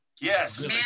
yes